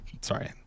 sorry